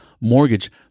mortgage